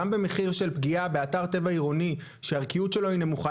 גם במחיר של פגיעה באתר טבע עירוני שהערכיות שלו היא נמוכה,